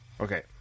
Okay